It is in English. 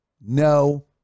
no